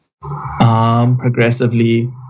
progressively